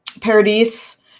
Paradise